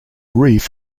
reef